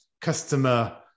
customer